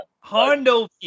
Hondo